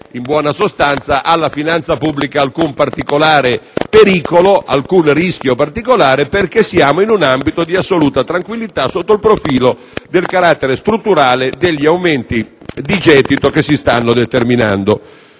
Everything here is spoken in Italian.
in buona sostanza, alla finanza pubblica alcun rischio particolare perché siamo in un ambito di assoluta tranquillità sotto il profilo del carattere strutturale degli aumenti di gettito che si stanno determinando.